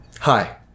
Hi